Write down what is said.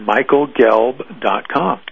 Michaelgelb.com